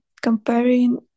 comparing